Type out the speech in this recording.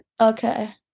Okay